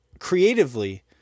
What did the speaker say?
Creatively